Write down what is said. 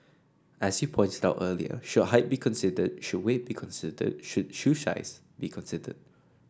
as you pointed out earlier should height be considered should weight be considered should shoe size be considered